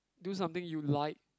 do something you like